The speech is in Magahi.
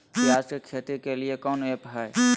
प्याज के खेती के लिए कौन ऐप हाय?